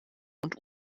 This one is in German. und